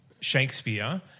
Shakespeare